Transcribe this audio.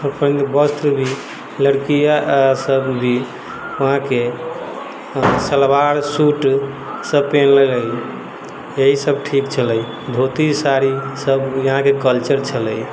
अपन वस्त्र भी लड़किया सब भी यहाँके सलवार सूट सब पहिनले रहै यही सब ठीक छलै धोती साड़ी सब यहाँके कल्चर छलै